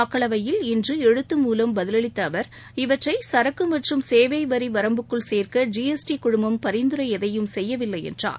மக்களவையில் இன்று எழுத்து மூலம் பதிலளித்த அவர் இவற்றை சரக்கு மற்றும் சேவை வரி வரம்புக்குள் சேர்க்க ஜி எஸ் டி குழுமம் பரிந்துரை எதையும் செய்யவில்லை என்று கூறியுள்ளார்